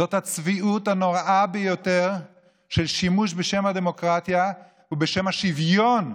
זאת הצביעות הנוראה ביותר של שימוש בשם הדמוקרטיה ובשם השוויון.